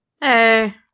Hey